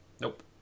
Nope